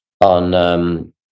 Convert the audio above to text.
on